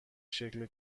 شکل